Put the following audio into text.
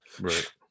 Right